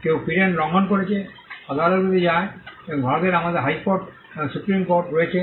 কেউ পেটেন্ট লঙ্ঘন করছে আদালতগুলিতে যায় এবং ভারতে আমাদের হাইকোর্ট এবং সুপ্রিম কোর্ট রয়েছে